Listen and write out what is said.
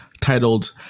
titled